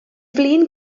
flin